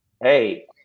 hey